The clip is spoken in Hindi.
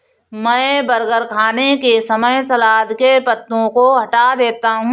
मैं बर्गर खाने के समय सलाद के पत्तों को हटा देता हूं